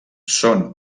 són